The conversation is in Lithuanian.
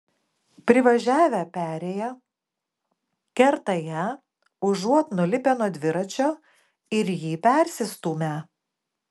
privažiavę perėją kerta ją užuot nulipę nuo dviračio ir jį persistūmę